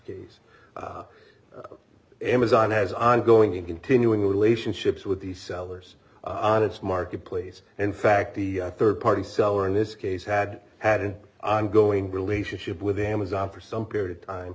keys amazon has ongoing continuing relationships with the sellers on its marketplace in fact the third party seller in this case had had an ongoing relationship with amazon for some period of time